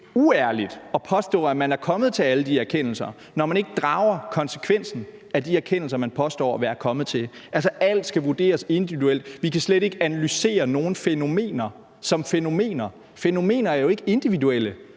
kende uærligt at påstå, at man er kommet til alle de erkendelser, når man ikke drager konsekvensen af de erkendelser, man påstår at være kommet til. Altså, alt skal vurderes individuelt; vi kan slet ikke analysere nogen fænomener som fænomener. Men fænomener er jo ikke individuelle.